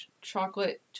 chocolate